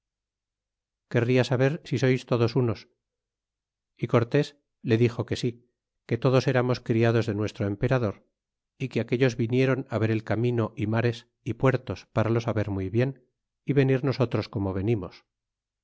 querria saber si sois todos unos é cortés le dixo que sí que todos eratnos criados de nuestro emperador é que aquellos vinieron á ver el camino é mares é puertos para lo saber muy bien y venir nosotros como venimos